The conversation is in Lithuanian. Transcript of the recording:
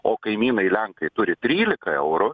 o kaimynai lenkai turi tryliką eurų